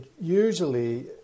usually